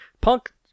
Punk